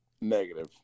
Negative